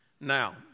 Now